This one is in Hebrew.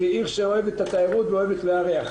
כעיר שאוהבת את התיירות ואוהבת לארח.